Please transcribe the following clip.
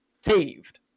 saved